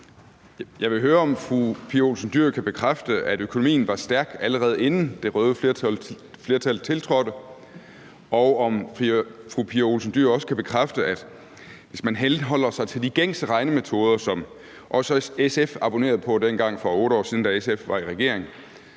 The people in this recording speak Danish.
Jeg vil høre, om fru Pia Olsen Dyhr kan bekræfte, at økonomien var stærk, allerede inden det røde flertal tiltrådte, og om fru Pia Olsen Dyhr også kan bekræfte, at hvis man henholder sig til de gængse regnemetoder, som også SF abonnerede på dengang for 8 år siden, da SF var i regering,